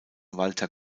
walter